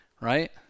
right